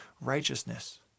righteousness